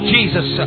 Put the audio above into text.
Jesus